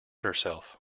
herself